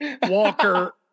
Walker